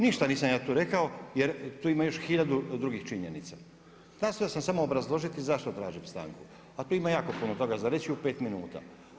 Ništa nisam ja tu rekao, jer tu još ima hiljadu drugih činjenica, nastojao sam samo obrazložiti zašto tražim stanku, a tu ima jako puno toga za reći u 5 minuta.